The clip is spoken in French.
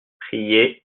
prier